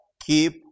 keep